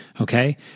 Okay